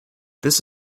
this